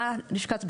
מלשכת הדובר,